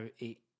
eight